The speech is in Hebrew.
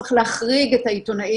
שצריך להחריג את העיתונאים.